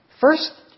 First